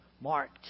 marked